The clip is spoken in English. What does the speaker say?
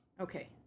Okay